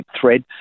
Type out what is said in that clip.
thread